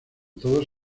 todos